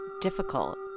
difficult